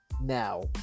now